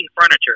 furniture